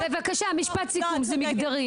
את צודקת.